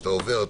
כשאתה עובר,